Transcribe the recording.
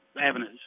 avenues